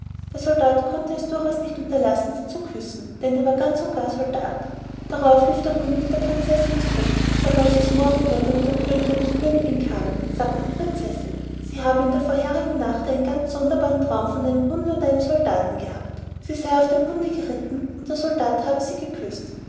der soldat konnte es durchaus nicht unterlassen sie zu küssen denn er war ganz und gar soldat darauf lief der hund mit der prinzessin zurück doch als es morgen wurde und der könig und die königin kamen sagte die prinzessin sie habe in der vorigen nacht einen ganz sonderbaren traum von einem hunde und einem soldaten gehabt sie sei auf dem hunde geritten und der soldat habe sie geküßt